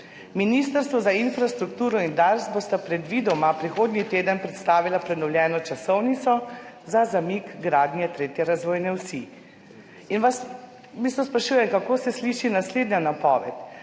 »Ministrstvo za infrastrukturo in Dars bosta predvidoma prihodnji teden predstavila prenovljeno časovnico za zamik gradnje tretje razvojne osi.« In vas v bistvu sprašujem, kako se sliši naslednja napoved: